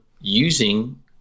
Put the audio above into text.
using